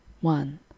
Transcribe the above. one